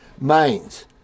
Mains